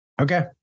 Okay